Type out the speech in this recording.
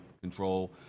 control